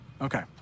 Okay